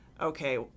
okay